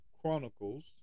Chronicles